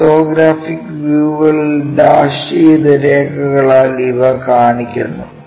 orthographic വ്യൂകളിൽ dash ചെയ്ത രേഖകളാൽ ഇവ കാണിക്കുന്നു